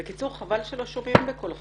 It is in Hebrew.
בקיצור, חבל שלא שומעים בקולך.